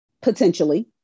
Potentially